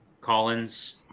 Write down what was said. Collins